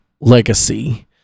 legacy